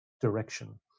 direction